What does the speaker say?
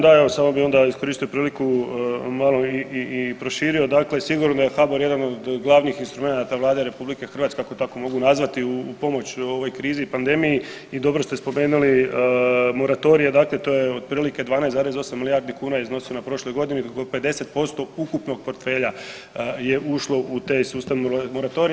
Da, evo, samo bih onda iskoristio priliku malo i proširio, dakle sigurno da je HBOR jedan od glavnih instrumenata Vlade RH, ako tamo mogu nazvati u pomoć ovoj krizi i pandemiji i dobro ste spomenuli, moratorije, dakle to je otprilike 12,8 milijardi kuna iznosio na prošloj godini, oko 50% ukupnog portfelja je ušlo u taj sustav moratorija.